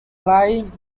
flying